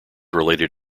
related